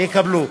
יקבלו.